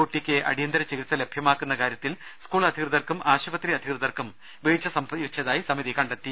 കുട്ടിക്ക് അടിയന്തിര ചികിത്സ ലഭൃമാക്കുന്ന കാരൃത്തിൽ സ്കൂൾ അധികൃതർക്കും ആശുപത്രി അധികൃതർക്കും വീഴ്ച സംഭവിച്ചതായി സമിതി കണ്ടെത്തി